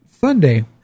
Sunday